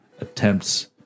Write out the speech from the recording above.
attempts